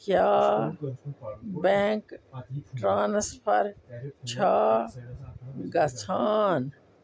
کیٛاہ bank transfer چھا گَژھان